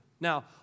Now